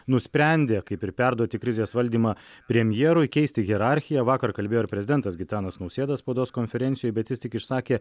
nusprendė kaip ir perduoti krizės valdymą premjerui keisti hierarchiją vakar kalbėjo ir prezidentas gitanas nausėda spaudos konferencijoj bet jis tik išsakė